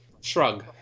shrug